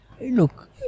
Look